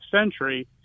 century